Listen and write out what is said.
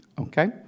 Okay